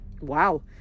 Wow